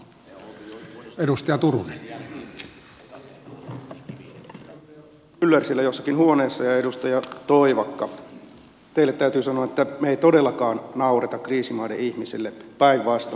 edustaja myller siellä jossakin huoneessa ja edustaja toivakka teille täytyy sanoa että me emme todellakaan naura kriisimaiden ihmisille päinvastoin